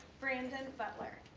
brandon butler.